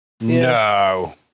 No